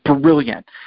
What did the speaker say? brilliant